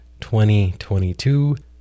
2022